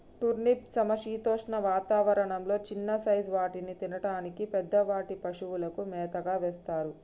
turnip సమశీతోష్ణ వాతావరణం లొ చిన్న సైజ్ వాటిని తినడానికి, పెద్ద వాటిని పశువులకు మేతగా వేస్తారు